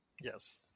Yes